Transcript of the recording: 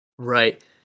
Right